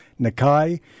Nakai